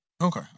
Okay